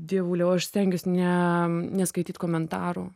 dievuliau aš stengiuos ne neskaityt komentarų